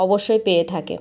অবশ্যই পেয়ে থাকে